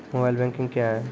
Mobile banking क्या हैं?